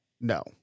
No